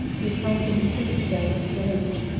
you found them sinister and strange,